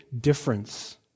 difference